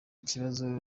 kibazo